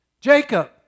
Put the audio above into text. Jacob